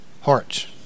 Hearts